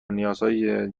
نیازهای